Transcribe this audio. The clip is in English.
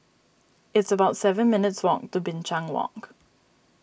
it's about seven minutes' walk to Binchang Walk